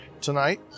tonight